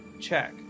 check